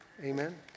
Amen